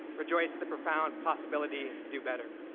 rejoice at the profound possibility to do better.